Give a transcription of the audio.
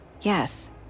Yes